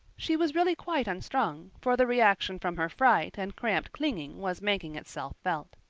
she was really quite unstrung, for the reaction from her fright and cramped clinging was making itself felt.